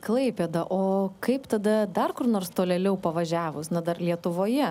klaipėda o kaip tada dar kur nors tolėliau pavažiavus na dar lietuvoje